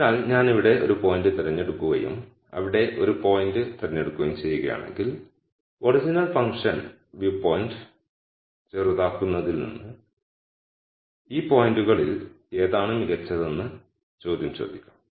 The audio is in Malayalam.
അതിനാൽ ഞാൻ ഇവിടെ ഒരു പോയിന്റ് തിരഞ്ഞെടുക്കുകയും ഇവിടെ ഒരു പോയിന്റ് തിരഞ്ഞെടുക്കുകയും ചെയ്യുകയാണെങ്കിൽ ഒറിജിനൽ ഫംഗ്ഷൻ വ്യൂ പോയിന്റ് ചെറുതാക്കുന്നതിൽ നിന്ന് ഈ പോയിന്റുകളിൽ ഏതാണ് മികച്ചതെന്ന് ചോദ്യം ചോദിക്കാം